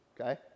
Okay